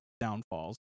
downfalls